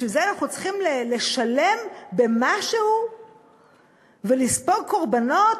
בשביל זה אנחנו צריכים לשלם במשהו ולספוג קורבנות,